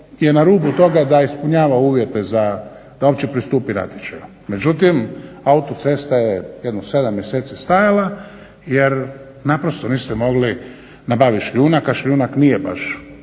je na rubu toga da ispunjava uvjete da uopće pristupi natječaju. Međutim, autocesta je jedno 7 mjeseci stajala jer naprosto niste mogli nabaviti šljunak, a šljunak nije baš